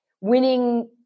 winning